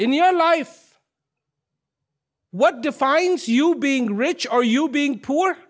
in your life what defines you being rich or you being poor